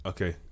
Okay